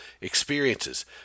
experiences